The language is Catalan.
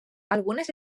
algunes